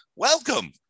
welcome